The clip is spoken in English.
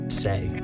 say